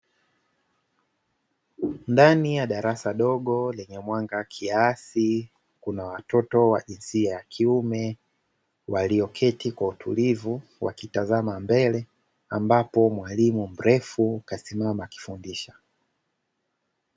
Ndani ya darasa dogo lenye mwanga kiasi kuna watoto wa jinsia ya kiume walioketi kwa utulivu wakitazama mbele ambapo mwalimu mrefu kasimama kufundisha.